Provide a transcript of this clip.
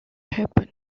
happen